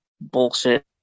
bullshit